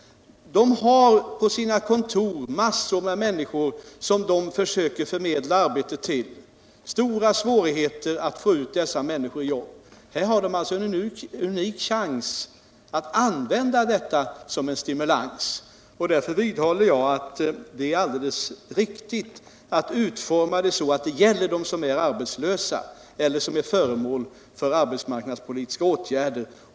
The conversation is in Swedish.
De har på sina kontor kontakt med mängder av människor som de försöker förmedla arbete till och som de har stora svårigheter att få ut i jobb. Genom vårt förslag får de en unik chans. Därför vidhåller jag att det är alldeles riktigt att utforma instrumentet så att det gäller dem som är arbetslösa eller dem som är föremål för arbetsmarknadspolitiska åtgärder.